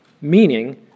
meaning